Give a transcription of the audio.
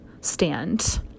stand